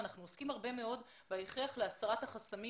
אנחנו עוסקים הרבה מאוד בהכרח להסרת החסמים